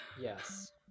Yes